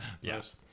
yes